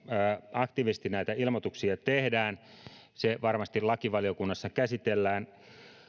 aktiivisesti näitä ilmoituksia tehdään se varmasti lakivaliokunnassa käsitellään